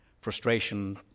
frustration